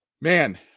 man